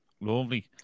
Lovely